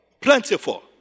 Plentiful